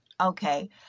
Okay